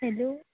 hello